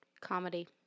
comedy